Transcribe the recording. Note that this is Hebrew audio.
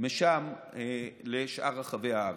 משם לשאר רחבי הארץ.